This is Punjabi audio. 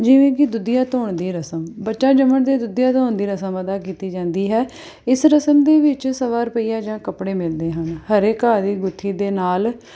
ਜਿਵੇਂ ਕਿ ਦੁੱਧੀਆਂ ਧੋਣ ਦੀ ਰਸਮ ਬੱਚਾ ਜੰਮਣ 'ਤੇ ਦੁੱਧੀਆਂ ਧੋਣ ਦੀ ਰਸਮ ਅਦਾ ਕੀਤੀ ਜਾਂਦੀ ਹੈ ਇਸ ਰਸਮ ਦੇ ਵਿੱਚ ਸਵਾ ਰੁਪਈਆ ਜਾਂ ਕੱਪੜੇ ਮਿਲਦੇ ਹਨ ਹਰੇ ਘਾਹ ਦੀ ਗੁੱਥੀ ਦੇ ਨਾਲ